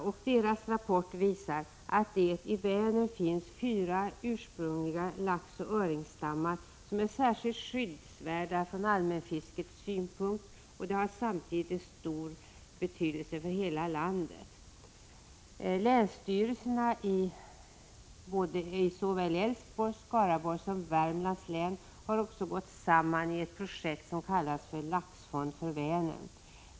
Fiskeristyrelsens rapport visar att det i Vänern finns fyra ursprungliga laxoch öringstammar, som är särskilt skyddsvärda från allmänfiskets synpunkt och som samtidigt har stor betydelse för hela landet. Länsstyrelserna i såväl Älvsborgs som Skaraborgs och Värmlands län har vidare gått samman i ett projekt som kallas Laxfond för Vänern.